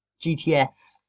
GTS